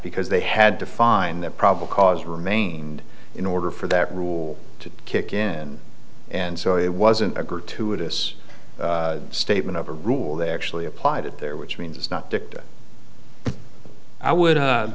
because they had to find that probably cause remained in order for that rule to kick in and so it wasn't a gratuitous statement of a rule that actually applied it there which means it's not